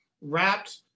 wrapped